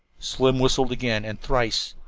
slim whistled again, and thrice,